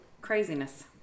craziness